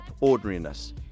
ordinariness